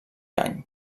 any